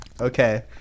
Okay